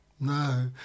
No